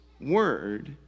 word